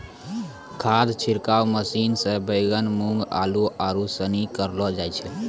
खाद छिड़काव मशीन से बैगन, मूँग, आलू, आरू सनी करलो जाय छै